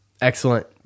excellent